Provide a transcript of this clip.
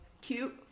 cute